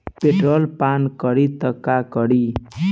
Petrol पान करी त का करी?